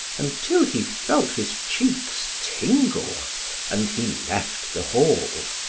until he felt his cheeks tingle and he left the hall.